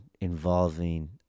involving